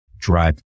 Drive